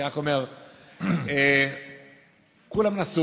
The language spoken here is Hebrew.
אני רק אומר שכולם נסעו.